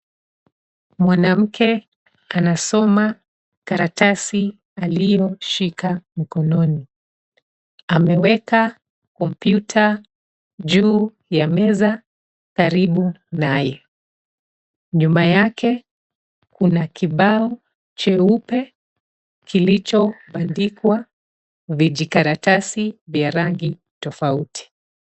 Mwanamke kanasoma karatasi aliyoshika mkononi. Ameweka kompyuta juu ya meza karibu naye. Nyuma yake kuna kibao cheupe kilichobandikwa vijikaratasi vya rangi tofauti.